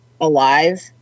alive